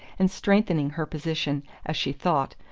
and strengthening her position, as she thought,